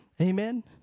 Amen